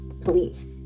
police